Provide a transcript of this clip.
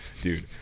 dude